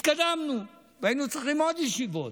התקדמנו והיינו צריכים עוד ישיבות.